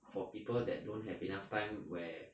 for people that don't have enough time where